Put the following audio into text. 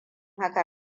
haka